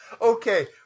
Okay